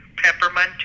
Peppermint